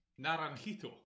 Naranjito